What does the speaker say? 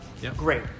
Great